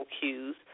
cues